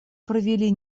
провели